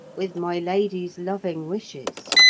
with my lady's loving wishes.